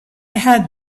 had